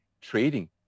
trading